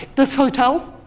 this hotel,